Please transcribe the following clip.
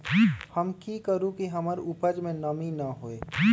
हम की करू की हमर उपज में नमी न होए?